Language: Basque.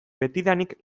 betidanik